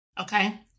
Okay